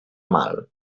mal